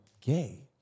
gay